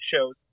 shows